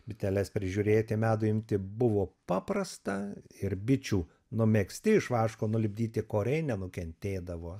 biteles prižiūrėti medų imti buvo paprasta ir bičių numegzti iš vaško nulipdyti koriai nenukentėdavo